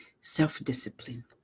self-discipline